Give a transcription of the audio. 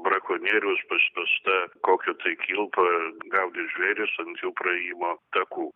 brakonierius pas pas tą kokia tai kilpa gaudyt žvėris ant jų praėjimo takų